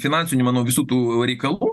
finansinių manau visų tų reikalų